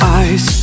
eyes